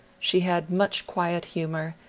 she had much quiet humour,